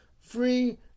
free